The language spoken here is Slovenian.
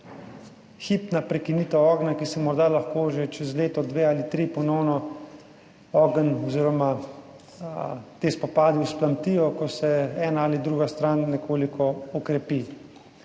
hipna prekinitev ognja, ki se morda lahko že čez leto, dve ali tri ponovno ogenj oziroma ti spopadi vzplamtijo, ko se ena ali druga stran nekoliko okrepi.